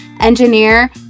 engineer